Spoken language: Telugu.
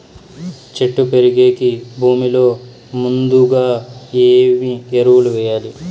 చెట్టు పెరిగేకి భూమిలో ముందుగా ఏమి ఎరువులు వేయాలి?